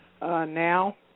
now